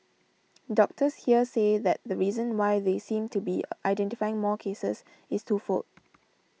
doctors here say that the reason why they seem to be identifying more cases is twofold